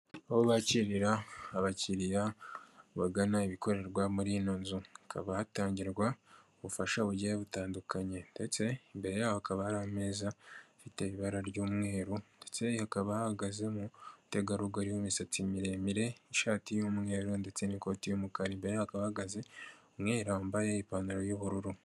Aho bakirira abakiriya bagana ibikorerwa muri ino nzu, hakaba hatangirwa ubufasha bugiye butandukanye, ndetse imbere yaho hakaba ari ameza afite ibara ry'umweru, ndetse hakaba hahagazemo umutegarugori w'imisatsi miremire, ishati y'umweru ndetse n'ikoti y'umukara, imbere ye hakaba hahagaze umwe yambaye ipantaro y'ubururu.